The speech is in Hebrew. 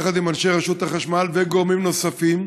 יחד עם אנשי רשות החשמל וגורמים נוספים.